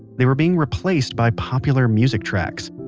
they were being replaced by popular music tracks.